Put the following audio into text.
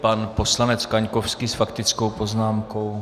Pan poslanec Kaňkovský s faktickou poznámkou.